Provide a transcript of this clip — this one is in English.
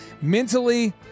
mentally